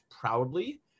proudly